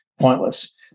pointless